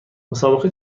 مسابقه